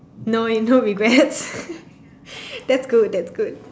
no eh no regrets that's good that's good